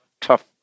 tough